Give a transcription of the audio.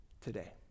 today